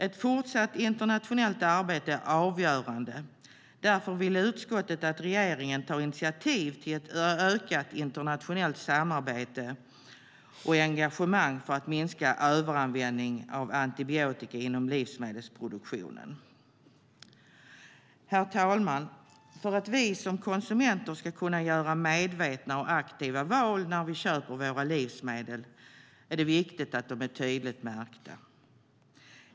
Ett fortsatt internationellt arbete är avgörande. Därför vill utskottet att regeringen tar initiativ till ett ökat internationellt samarbete och engagemang för att minska överanvändning av antibiotika inom livsmedelsproduktionen. Herr talman! För att vi som konsumenter ska kunna göra medvetna och aktiva val när vi köper våra livsmedel är det viktigt att de är tydligt märkta.